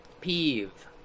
peeve